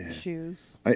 shoes